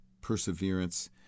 perseverance